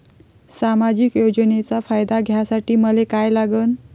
सामाजिक योजनेचा फायदा घ्यासाठी मले काय लागन?